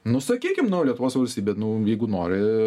nu sakykim nu lietuvos valstybė nu jeigu nori